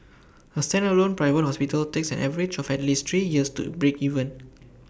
A standalone private hospital takes an average of at least three years to break even